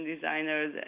designers